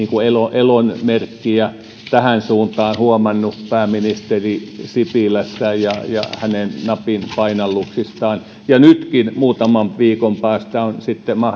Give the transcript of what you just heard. elonmerkkiä tähän suuntaan huomannut pääministeri sipilässä ja ja hänen napinpainalluksissaan nytkin muutaman viikon päästä on sitten